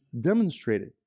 demonstrated